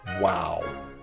Wow